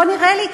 לא נראה לי,